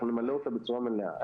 אנחנו נמלא אותה בצורה מלאה.